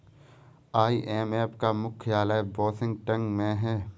IMF का मुख्यालय Washington में है